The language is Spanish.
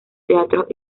teatros